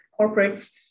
corporates